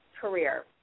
career